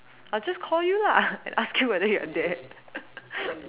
I will just call you lah and ask you whether you are there